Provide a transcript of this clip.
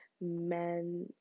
men